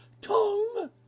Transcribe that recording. Tongue